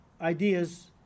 ideas